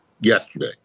yesterday